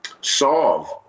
solve